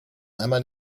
einmal